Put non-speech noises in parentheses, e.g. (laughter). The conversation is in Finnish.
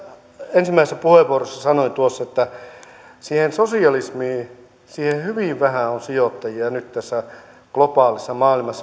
ensimmäisessä puheenvuorossa sanoin tuossa siihen sosialismiin hyvin vähän on sijoittajia nyt tässä globaalissa maailmassa (unintelligible)